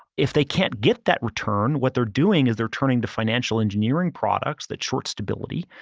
if they can't get that return, what they're doing is they're turning to financial engineering products that short stability,